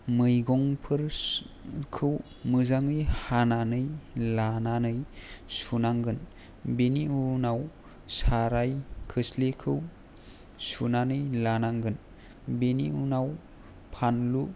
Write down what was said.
मैगंफोरखौ मोजाङै हानानै लानानै सुनांगोन बिनि उनाव साराय खोस्लिखौ सुनानै लानांगोन बेनि उनाव फानलु